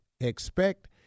expect